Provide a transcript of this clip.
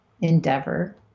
endeavor